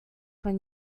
when